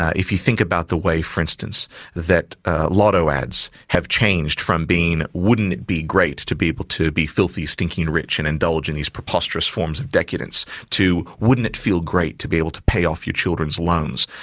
ah if you think about the way for instance that lotto ads have changed from being wouldn't it be great to be able to be filthy, stinking rich and indulge in these preposterous forms of decadence? to wouldn't it feel great to be able to pay off your children's loans?